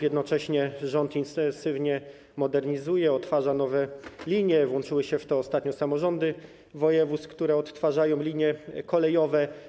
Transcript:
Jednocześnie rząd intensywnie modernizuje, odtwarza nowe linie, włączyły się w to ostatnio samorządy województw, które odtwarzają linie kolejowe.